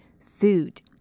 food